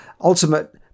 Ultimate